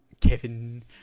Kevin